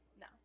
No